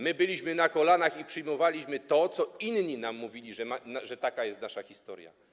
My byliśmy na kolanach i przyjmowaliśmy to, co inni nam mówili, że taka jest nasza historia.